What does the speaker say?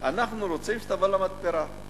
אנחנו רוצים שתבוא למתפרה.